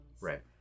Right